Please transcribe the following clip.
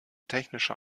technische